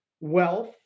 wealth